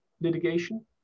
litigation